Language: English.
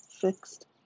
fixed